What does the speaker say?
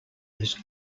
this